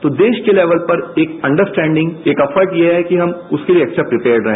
तो देश के लेवल पर एक अंडरस्टेंडिंग एक एफर्ट यह है कि उसके लिए एक्स्ट्रा प्रीपेयर रहे